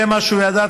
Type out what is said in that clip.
זה מה שהוא ידע,